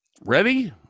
Ready